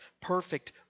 perfect